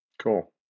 Cool